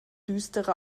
düstere